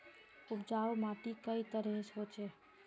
उपजाऊ माटी कई तरहेर होचए?